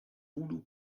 voodoo